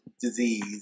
disease